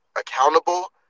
accountable